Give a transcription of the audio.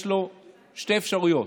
יש בו שתי אפשרויות,